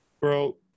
Bro